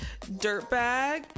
Dirtbag